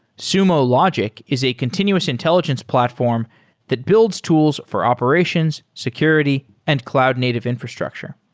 sumo logic is a continuous intelligence platform that builds tools for operations, security and cloud native infrastructure.